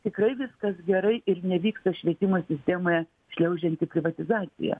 tikrai viskas gerai ir nevyksta švietimo sistemoje šliaužianti privatizacija